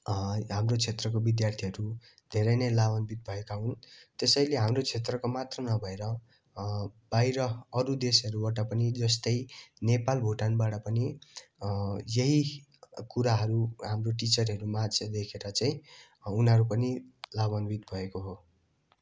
हाम्रो क्षेत्रको विद्यार्थीहरू धेरै नै लाभान्वित भएका हुन् त्यसैले हाम्रो क्षेत्रको मात्र नभएर बाहिर अरू देशहरूबाट पनि जस्तै नेपाल भुटानबाट पनि यही कुराहरू हाम्रो टिचरहरूमाझ देखेर चाहिँ उनीहरू पनि लाभान्वित भएको हो